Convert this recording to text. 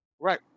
right